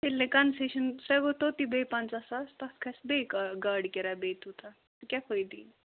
ییٚلہِ نہٕ کَنسیشَن سوے گوٚو توٚتتھے بیٚیہِ پنٛژاہ ساس تَتھ کھَسہِ بیٚیہِ گاڑِ کِراے بیٚیہِ تیٛوٗتاہ سُہ کیٛاہ فٲیدٕ یِی